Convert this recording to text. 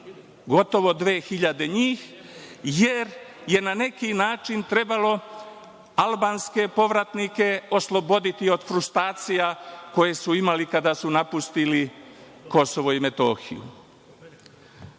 gotovo 2.000 njih jer je na neki način trebalo albanske povratnike osloboditi od frustracija koje su imali kada su napustili KiM.Zbog toga,